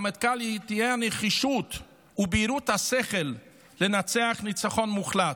למטכ"ל יהיו הנחישות ובהירות השכל לנצח ניצחון מוחלט.